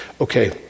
Okay